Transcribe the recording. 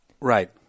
Right